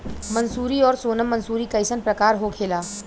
मंसूरी और सोनम मंसूरी कैसन प्रकार होखे ला?